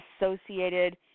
associated